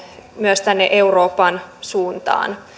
myös tänne euroopan suuntaan